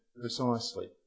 precisely